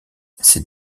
ses